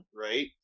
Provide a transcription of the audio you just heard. Right